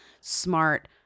smart